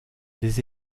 des